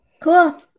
cool